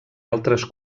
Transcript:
altres